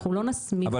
אנחנו לא נסמיך אותה.